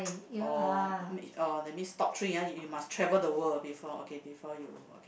oh mean that's mean top three ah you must travel the world before okay before you